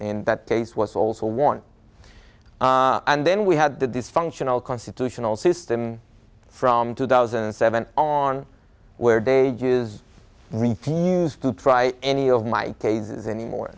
in that case was also warned and then we had the dysfunctional constitutional system from two thousand and seven on where they refused to try any of my cases anymore